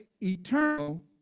eternal